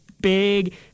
big